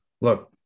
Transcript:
look